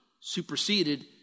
superseded